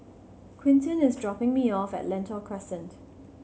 Quintin is dropping me off at Lentor Crescent